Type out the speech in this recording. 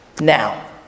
now